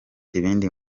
ibindi